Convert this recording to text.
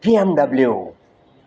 BMW